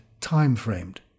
time-framed